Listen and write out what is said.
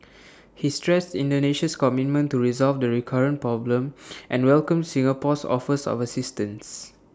he stressed Indonesia's commitment to resolve the recurrent problem and welcomed Singapore's offers of assistance